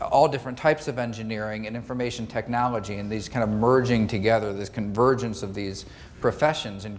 all different types of engineering and information technology in these kind of merging together this convergence of these professions and